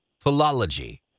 philology